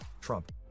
Trump